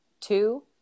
Two